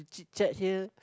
chit chat here